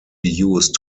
used